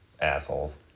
Assholes